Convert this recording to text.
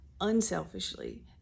unselfishly